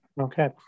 Okay